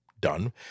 done